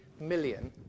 million